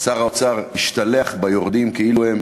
שר האוצר השתלח ביורדים כאילו הם